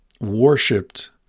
worshipped